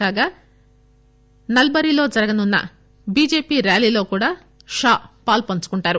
కాగా నల్బారీలో జరగనున్న చీజేపీ ర్యాలీలో కూడా షా పాలుపంచుకుంటారు